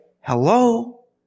hello